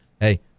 hey